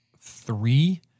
three